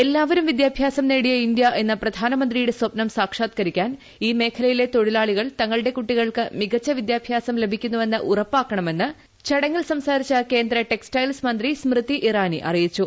എല്ലാവരും വിദ്യാഭ്യാസം നേടിയ ഇന്ത്യ എന്ന് പ്രധാനമന്ത്രിയുടെ സ്വപ്നം സാക്ഷാത്ക്കരിക്കാൻ ഈ മേഖ്ലല്യിലെ തൊഴിലാളികൾ തങ്ങളുടെ കുട്ടികൾക്ക് മികച്ച വിദ്യാഭ്യാസ്ം ലഭിക്കുന്നുവെന്ന് ഉറപ്പാക്കണമെന്ന് ചടങ്ങിൽ സംസ്ടൂരിച്ച് കേന്ദ്ര ടെക്സ്റ്റൈയിൽസ് മന്ത്രി സ്മൃതി ഇറാനി അറിയിച്ചു